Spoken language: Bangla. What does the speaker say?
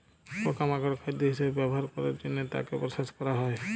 পকা মাকড় খাদ্য হিসবে ব্যবহার ক্যরের জনহে তাকে প্রসেস ক্যরা হ্যয়ে হয়